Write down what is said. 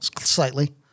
Slightly